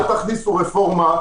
אל תכניסו רפורמה,